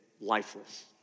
lifeless